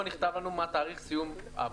לא נכתב לנו מה תאריך סיום העבודה.